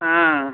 हाँ